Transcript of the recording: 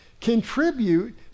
contribute